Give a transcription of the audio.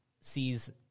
sees